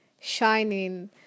shining